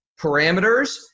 parameters